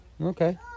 Okay